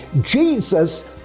Jesus